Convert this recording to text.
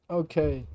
okay